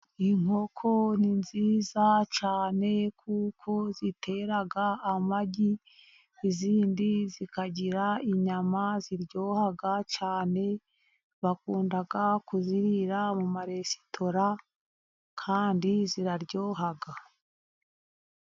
Inkoko ni nziza cyane kuko zitera amagi. Izindi zikagira inyama ziryoha cyane. Bakunda kuzirira mu ma resitora, kandi ziraryoha.